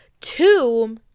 Two